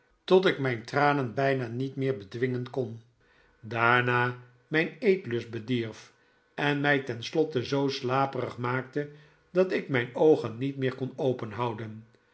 tot ik mijn tranen bijna niet meer bedwingen kon daarna mijn eetlust bedierf en mij ten slotte zoo slaperig maakte dat ik mijn oogen niet meer kon openhouden